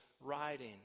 writing